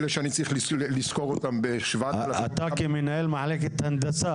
אלה שאני צריך לשכור אותם --- אתה כמנהל מחלקת הנדסה,